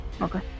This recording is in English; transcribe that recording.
Okay